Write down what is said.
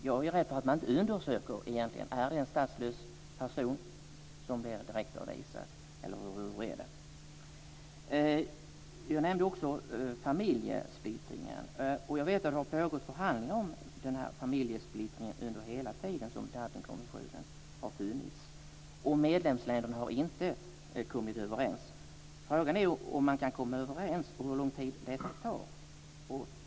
Jag är rädd för att man egentligen inte undersöker om det är en statslös person som blir direktavvisad. Jag nämnde också familjesplittringen. Jag vet att det har pågått förhandlingar om familjesplittringen under hela den tid som Dublinkonventionen har funnits. Medlemsländerna har inte kommit överens. Frågan är om man kan komma överens och hur lång tid det kan ta.